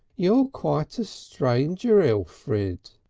you're quite a stranger, elfrid!